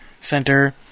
center